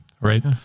Right